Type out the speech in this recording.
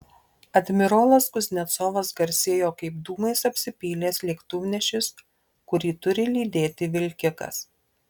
admirolas kuznecovas garsėjo kaip dūmais apsipylęs lėktuvnešis kurį turi lydėti vilkikas